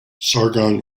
sargon